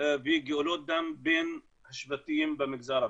וגאולות דם בין השבטים במגזר הבדואי.